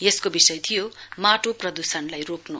यसको विषय थियो माटो प्रदूषणलाई रोक्नु